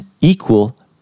equal